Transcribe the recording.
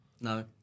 No